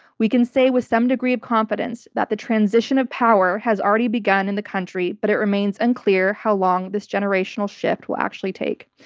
we can say with some degree of confidence that the transition of power has already begun in the country, but it remains unclear how long this generational shift will actually take.